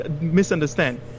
Misunderstand